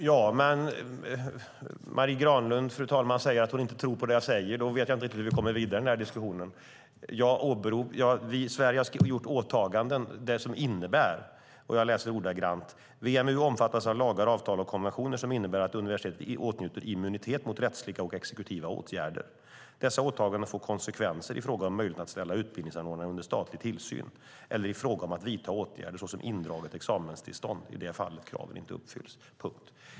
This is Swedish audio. Fru talman! Marie Granlund säger att hon inte tror på det jag säger. Då vet jag inte riktigt hur vi kommer vidare i diskussionen. Sverige har gjort åtaganden. Jag läser innantill: WMU omfattas av lagar, avtal och konventioner som innebär att universitetet åtnjuter immunitet mot rättsliga och exekutiva åtgärder. Dessa åtaganden får konsekvenser i fråga om möjligheten att ställa utbildningsanordnare under statlig tillsyn eller i fråga om att vidta åtgärder såsom indraget examenstillstånd ifall kraven inte uppfylls.